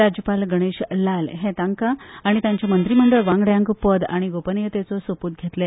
राज्यपाल गणेशी लाल हे तांका आणी तांचे मंत्रीमंडळ वांगड्यांक पद आनी गोपनियतेचो सोपूत घेतले